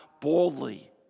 boldly